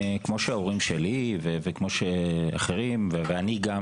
כמו שההורים שלי וכמו שאחרים ואני גם,